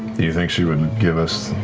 you think she would give us